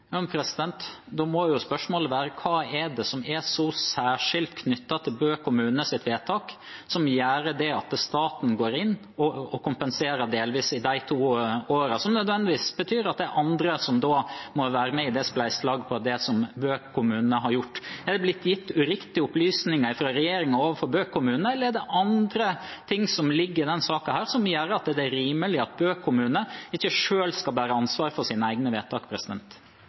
Da må spørsmålet bli: Hva er det som er så særskilt, knyttet til Bø kommunes vedtak, at staten går inn og kompenserer delvis i de to årene, noe som nødvendigvis betyr at det er andre som må være med i spleiselaget for det som Bø kommune har gjort? Er det blitt gitt uriktige opplysninger fra regjeringen overfor Bø kommune, eller er det andre ting som ligger i denne saken, som gjør at det er rimelig at Bø kommune ikke selv skal bære ansvaret for sine egne vedtak?